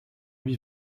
lui